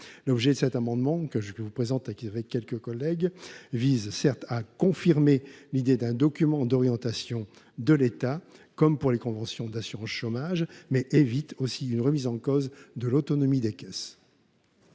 L’objet de cet amendement, que je présente avec quelques collègues, vise à confirmer l’idée d’un document d’orientation de l’État, comme pour les conventions d’assurance chômage, tout en évitant une remise en cause de l’autonomie des caisses.